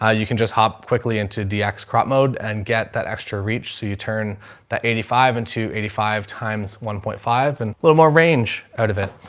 ah you can just hop quickly into dx crop mode and get that extra reach. so you turn the eighty five and two eighty five times one point five and a little more range out of it.